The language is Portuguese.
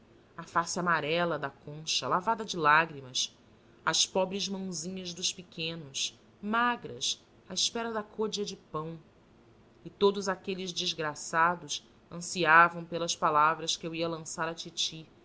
a face amarela da cármen lavada de lágrimas as pobres mãozinhas dos pequenos magras à espera da côdea de pão e todos aqueles desgraçados ansiavam pelas palavras que eu ia lançar à titi